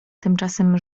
tymczasem